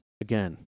again